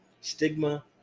stigma